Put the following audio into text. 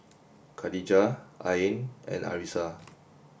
Khadija Ain and Arissa